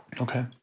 Okay